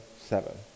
seven